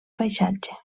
paisatge